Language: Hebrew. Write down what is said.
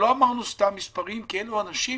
לא אמרנו סתם מספרים כי אלה אנשים